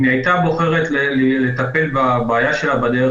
אם היא הייתה בוחרת לטפל בבעיה שלה בדרך